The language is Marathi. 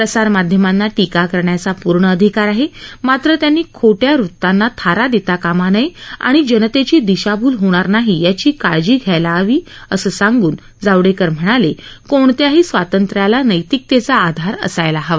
प्रसार माध्यमांना टीका करण्याचा पूर्ण अधिकार आहे मात्र त्यांनी खोट्या वृत्तांना थारा देता कामा नये आणि जनतेची दिशाभूल होणार नाही यांची काळजी घ्यायला हवी असं सांगून जावडेकर म्हणाले कोणत्याही स्वातंत्र्याला नैतिकतेचा आधार असायला हवा